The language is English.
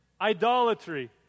idolatry